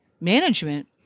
management